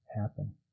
happen